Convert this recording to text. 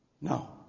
No